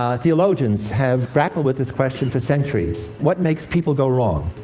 ah theologians have grappled with this question for centuries what makes people go wrong?